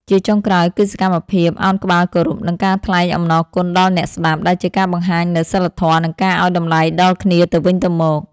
ជាចុងក្រោយ គឺសកម្មភាពឱនក្បាលគោរព និងការថ្លែងអំណរគុណដល់អ្នកស្ដាប់ ដែលជាការបង្ហាញនូវសីលធម៌ និងការឱ្យតម្លៃដល់គ្នាទៅវិញទៅមក។